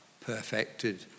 perfected